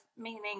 meaning